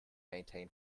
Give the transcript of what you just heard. maintain